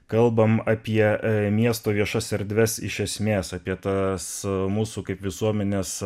kalbam apie miesto viešas erdves iš esmės apie tas mūsų kaip visuomenės